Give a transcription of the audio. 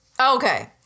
Okay